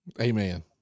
Amen